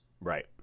Right